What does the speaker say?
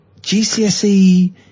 GCSE